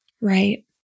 Right